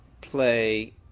play